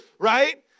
Right